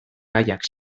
gaiak